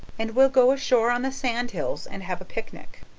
and we'll go ashore on the sandhills and have a picnic.